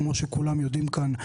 כמו שכולם יודעים כאן,